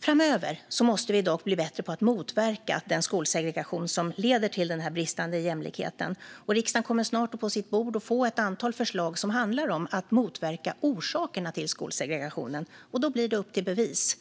Framöver måste vi dock bli bättre på att motverka den skolsegregation som leder till den bristande jämlikheten. Riksdagen kommer snart att på sitt bord få ett antal förslag som handlar om att motverka orsakerna till skolsegregationen. Då blir det upp till bevis.